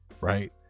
right